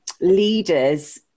leaders